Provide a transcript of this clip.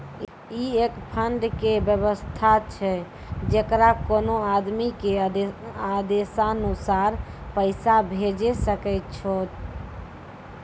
ई एक फंड के वयवस्था छै जैकरा कोनो आदमी के आदेशानुसार पैसा भेजै सकै छौ छै?